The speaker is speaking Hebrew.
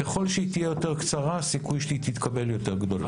ככל שהיא תהיה יותר קצרה הסיכוי שהיא תתקבל יותר גדול.